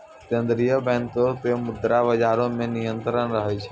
केन्द्रीय बैंको के मुद्रा बजारो मे नियंत्रण रहै छै